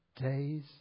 Days